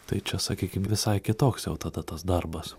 tai čia sakykim visai kitoks jau tada tas darbas